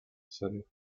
syria